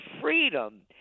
freedom